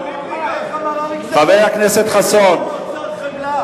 אין לשר האוצר חמלה.